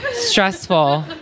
Stressful